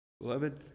Beloved